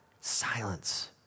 silence